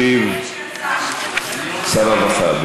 ישיב שר הרווחה.